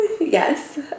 Yes